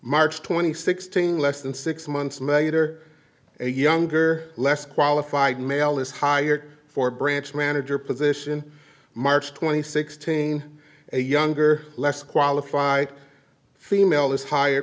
march twenty sixth less than six months later a younger less qualified male is hired for branch manager position march twenty sixth seen a younger less qualified female is hi